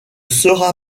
sera